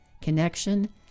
connection